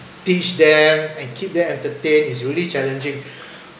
teach them and keep them entertained is really challenging